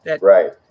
Right